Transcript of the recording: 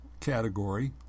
category